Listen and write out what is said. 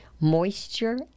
moisture